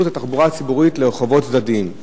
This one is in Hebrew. את התחבורה הציבורית לרחובות צדדיים,